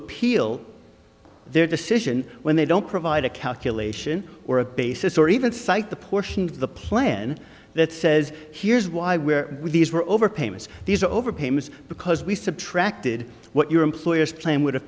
appeal their decision when they don't provide a calculation or a basis or even cite the portion of the plan that says here's why where these were overpayments these are over payments because we subtracted what your employer's claim would have